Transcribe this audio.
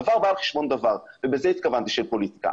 דבר בא על חשבון דבר ובזה התכוונתי כשאמרתי פוליטיקה.